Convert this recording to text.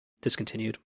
discontinued